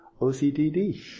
OCDD